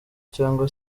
cyangwa